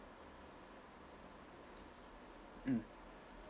mm